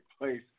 place